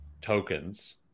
tokens